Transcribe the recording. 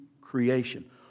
creation